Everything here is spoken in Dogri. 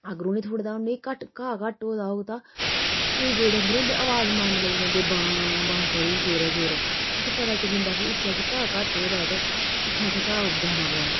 अगर उनें गी थ्होड़ा उनेंगी घट्ट घाह् घट्ट होए दा होग तां केईं केईं डंगर होंदा अवाज़ मारन लगी पौंदे बां बां करी जौरें जौरें असें पता चली जंदा कि इसी अज्ज घाह् घट्ट होए दा ते इसी असें घाह् देना पौना